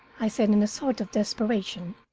i said, in a sort of desperation.